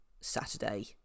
Saturday